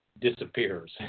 disappears